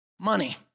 money